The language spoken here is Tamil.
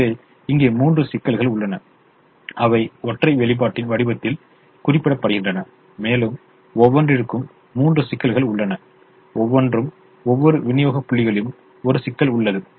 எனவே இங்கே மூன்று சிக்கல்கள் உள்ளன அவை ஒற்றை வெளிப்பாட்டின் வடிவத்தில் குறிப்பிடப்படுகின்றன மேலும் ஒவ்வொன்றிற்கும் மூன்று சிக்கல்கள் உள்ளன ஒவ்வொன்றும் ஒவ்வொரு விநியோக புள்ளிகளுக்கும் ஒறு சிக்கல் உள்ளது